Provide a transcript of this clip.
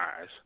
eyes